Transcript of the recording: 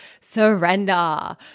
surrender